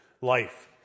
life